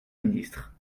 ministre